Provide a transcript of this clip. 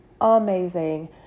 amazing